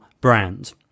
brand